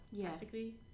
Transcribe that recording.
practically